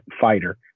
fighter